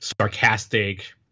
sarcastic